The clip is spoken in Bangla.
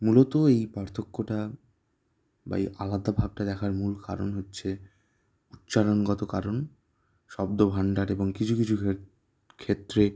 মূলত এই পার্থক্যটা বা এই আলাদা ভাবটা দেখার মূল কারণ হচ্ছে উচ্চারণগত কারণ শব্দ ভাণ্ডার এবং কিছু কিছু ক্ষেত্রে